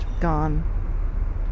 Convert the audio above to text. Gone